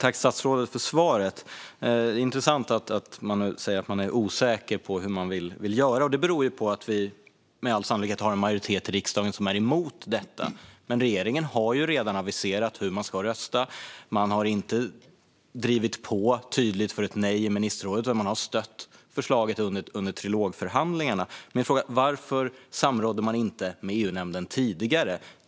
Fru talman! Tack för svaret, statsrådet! Det är intressant att man nu säger att man är osäker på hur man vill göra. Det beror på att vi med all sannolikhet har en majoritet i riksdagen som är emot detta. Men regeringen har ju redan aviserat hur man ska rösta. Man har inte drivit på tydligt för ett nej i ministerrådet, utan man har stött förslaget under trilogförhandlingarna. Varför samrådde man inte med EU-nämnden tidigare?